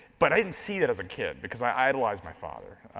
but i didn't see that as a kid, because i idolized my father.